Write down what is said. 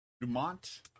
Dumont